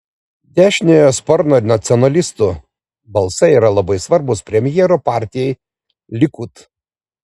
dešiniojo sparno nacionalistų balsai yra labai svarbūs premjero partijai likud